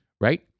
right